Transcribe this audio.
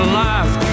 life